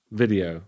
video